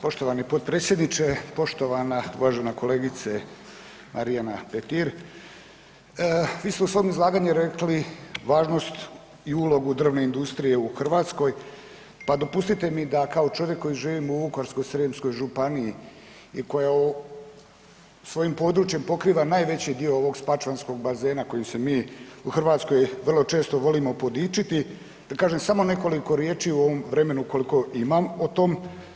Poštovani potpredsjedniče, poštovana uvažena kolegice Marijana Petir, vi ste u svom izlaganju rekli važnost i ulogu drvne industrije u Hrvatskoj, pa dopustite mi da kao čovjek koji živim u Vukovarsko-srijemskoj županiji i koja svojim područjem pokriva najveći dio ovog spačvanskog bazena kojim se mi u Hrvatskoj vrlo često volimo podičiti da kažem samo nekoliko riječi u ovom vremenu koliko imam o tom.